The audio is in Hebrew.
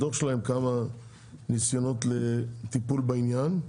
בדו"ח שלהם, כמה ניסיונות לטיפול בעניין.